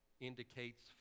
indicates